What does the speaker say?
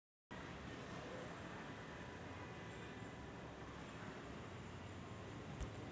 fibre, मांस आणि चामडे मिळविण्यासाठी भारतात आणि जगभरात शेळ्यांचे पालन केले जाते